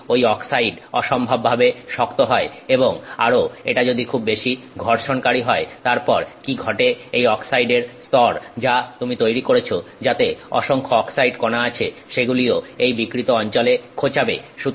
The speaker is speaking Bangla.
যদি ওই অক্সাইড অসম্ভব ভাবে শক্ত হয় এবং আরো এটা যদি খুব বেশি ঘর্ষণকারী হয় তারপর কি ঘটে এই অক্সাইডের স্তর যা তুমি তৈরী করেছ যাতে অসংখ্য অক্সাইড কনা আছে সেগুলিও এই বিকৃত অঞ্চলে খোঁচাবে